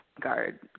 guard